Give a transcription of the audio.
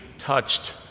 touched